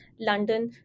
London